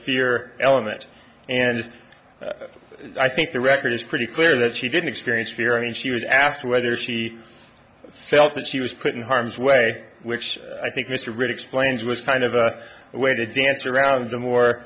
fear element and i think the record is pretty clear that she didn't experience fear i mean she was asked whether she felt that she was put in harm's way which i think mr really explains was kind of a way to dance around the more